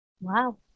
Wow